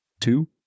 Two